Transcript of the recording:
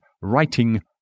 writing